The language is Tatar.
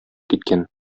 киткән